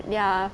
ya